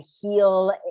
heal